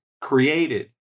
created